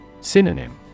Synonym